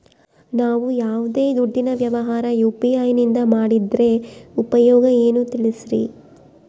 ನಾವು ಯಾವ್ದೇ ದುಡ್ಡಿನ ವ್ಯವಹಾರ ಯು.ಪಿ.ಐ ನಿಂದ ಮಾಡಿದ್ರೆ ಉಪಯೋಗ ಏನು ತಿಳಿಸ್ರಿ?